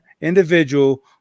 individual